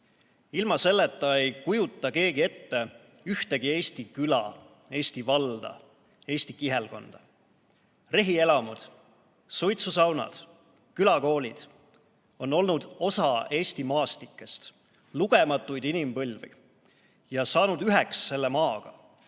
Ilma selleta ei kujuta keegi ette ühtegi Eesti küla, Eesti valda, Eesti kihelkonda. Rehielamud, suitsusaunad ja külakoolid on olnud osa Eesti maastikest lugematuid inimpõlvi ja saanud üheks selle maaga,